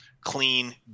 clean